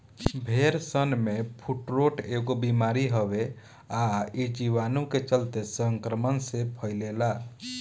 भेड़सन में फुट्रोट एगो बिमारी हवे आ इ जीवाणु के चलते संक्रमण से फइले ला